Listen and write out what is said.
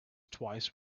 twice